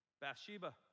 Bathsheba